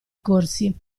corsi